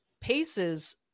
Pace's